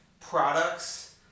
products